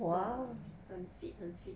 mm 很 fit 很 fit